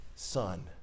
Son